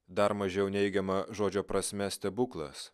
dar mažiau neigiama žodžio prasme stebuklas